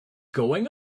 going